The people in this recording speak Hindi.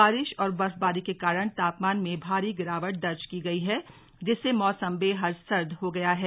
बारिश और बर्फबारी के कारण तापमान में भारी गिरावट दर्ज की गई है जिससे मौसम बेहद सर्द हो गया है